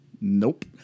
Nope